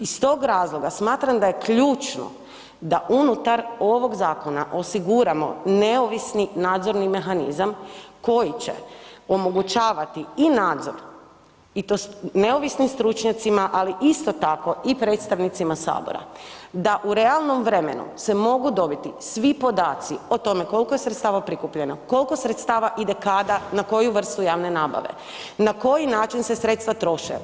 Iz to razloga smatram da je ključno da unutar ovog zakona osiguramo neovisni nadzorni mehanizam koji će omogućavati i nadzor i to s neovisnim stručnjacima, ali isto tako i predstavnicima Sabora, da u realnom vremenu se mogu dobiti svi podaci o tome koliko je sredstava prikupljeno, koliko sredstava ide kada na koju vrstu javne nabave, na koji način se sredstva troše.